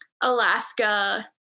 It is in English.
Alaska